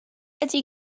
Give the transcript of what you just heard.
ydy